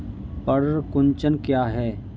पर्ण कुंचन क्या है?